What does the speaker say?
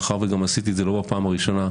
מאחר שעשיתי את זה לא בפעם הראשונה,